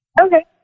Okay